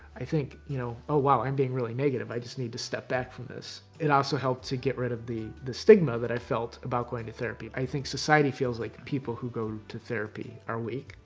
i think, you know, oh, wow. i'm being really negative. i just need to step back from this. it also helped to get rid of the the stigma that i felt about going to therapy. i think society feels like people who go to therapy are weak.